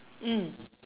mm